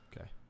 Okay